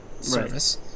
service